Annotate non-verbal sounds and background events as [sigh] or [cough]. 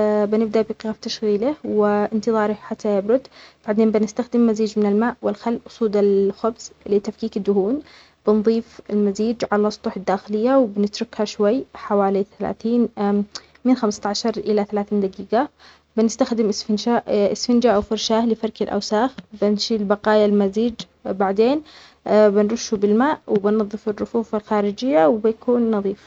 [hesitation] بنبدأ بايقاف تشغيله و إنتظاره حتى يبرد، بعدين بنستخدم مزيج من الماء والخل أسود الخبز لتفكيك الدهون بنضيف المزيج على السطح الداخلية وبنتركها شوي حوالي ثلاثين [hesitation] من خمستعشر إلى ثلاثون دقيقة. بنستخدم إسفنشا -إسفنجة وفرشاة لفرك الأوساخ بنشيل بقايا المزيج بعدين [hesitation] بنرشه بالماء وبنظف الرفوف الخارجية وبيكون نظيف.